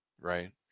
Right